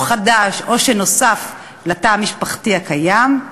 או חדש או שנוסף לתא המשפחתי הקיים,